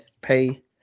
pay